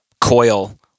coil